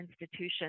institution